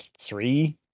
three